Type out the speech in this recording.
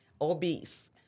obese